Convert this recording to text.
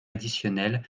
additionnels